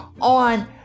on